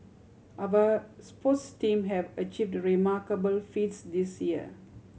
our sports team have achieved remarkable feats this year